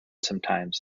sometimes